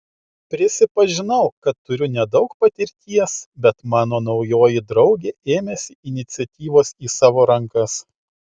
prisipažinau kad turiu nedaug patirties bet mano naujoji draugė ėmėsi iniciatyvos į savo rankas